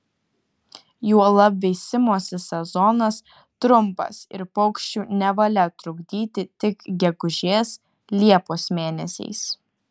juolab veisimosi sezonas trumpas ir paukščių nevalia trukdyti tik gegužės liepos mėnesiais